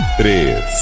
três